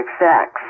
sex